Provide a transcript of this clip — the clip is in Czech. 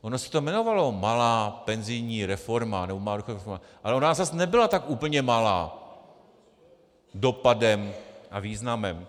Ono se to jmenovalo malá penzijní reforma, ale ona zas nebyla tak úplně malá dopadem a významem.